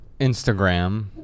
Instagram